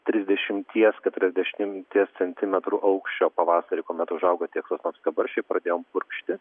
trisdešimties keturiasdešimties centimetrų aukščio pavasarį kuomet užauga tiek sosnovskio barščiai pradėjom purkšti